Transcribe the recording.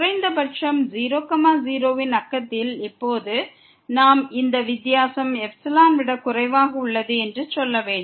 குறைந்தபட்சம் 0 0 ன் நெய்பர்ஹுட்டில் இப்போது நாம் இந்த வித்தியாசம் எப்சிலான் விட குறைவாக உள்ளது என்று சொல்ல வேண்டும்